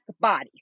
bodies